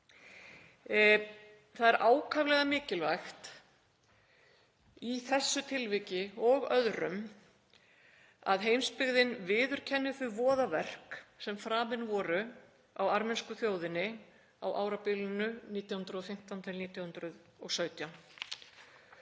Það er ákaflega mikilvægt í þessu tilviki og öðrum að heimsbyggðin viðurkenni þau voðaverk sem framin voru á armensku þjóðinni á árabilinu 1915–1917.